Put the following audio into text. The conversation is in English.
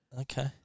Okay